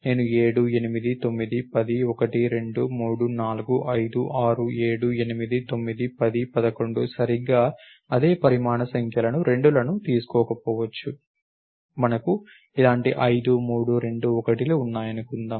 నేను 7 8 9 10 1 2 3 4 5 6 7 8 9 10 11 సరిగ్గా అదే పరిమాణ సంఖ్యలను 2లను తీసుకోకపోవచ్చు మనకు ఇలాంటి 5 3 2 1 లు ఉన్నాయనుకుందాం